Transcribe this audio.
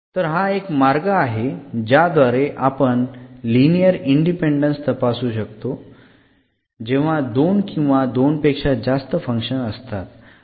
तर हा एक मार्ग आहे ज्याद्वारे आपण लिनिअर इंडिपेंडेंन्स तपासू शकतो जेव्हा दोन किंवा दोन पेक्षा जास्त फंक्शन असतात